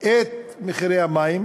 את מחירי המים,